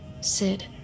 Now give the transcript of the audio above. Sid